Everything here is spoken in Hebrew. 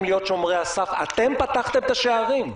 להיות שומרי הסף ואתם פתחתם את השערים.